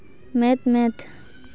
ᱢᱮᱫ ᱢᱮᱫ